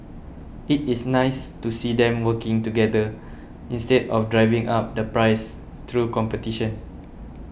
it is nice to see them working together instead of driving up the price through competition